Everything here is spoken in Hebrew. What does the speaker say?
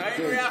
אז היינו יחד.